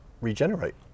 Regenerate